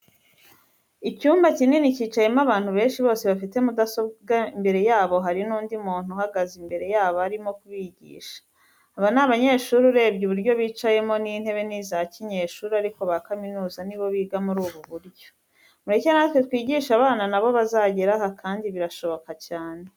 Icyumba kinini kicayemo abantu benshi bose bafite mudasobwa, imbere yabo hari n'undi muntu uhagaze imbere yabo, arimo kubigisha. Aba ni abanyeshuri urebye uburyo bicayemo, n'intebe ni izakinyeshuri ariko ba kaminuza nibo biga muri ubu buryo. Mureke natwe twigishe abana nabo bazagere aha, kandi birashoboka cyane.